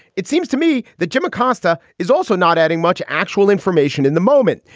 it seems to me that jim acosta is also not adding much actual information in the moment,